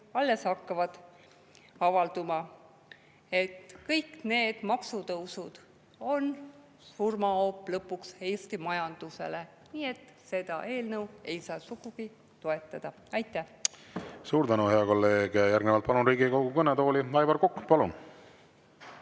alles hakkab avalduma. Kõik need maksutõusud on lõpuks surmahoop Eesti majandusele. Nii et seda eelnõu ei saa sugugi toetada. Aitäh! Suur tänu, hea kolleeg! Järgnevalt palun Riigikogu kõnetooli Aivar Koka. Palun!